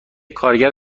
کارگر